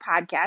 podcast